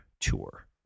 tour